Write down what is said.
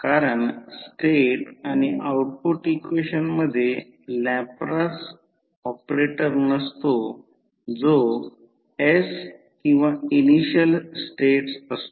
कारण स्टेट आणि output equation मध्ये लॅपलास ऑपरेटर नसतो जो s किंवा इनिशियल स्टेट्स असतो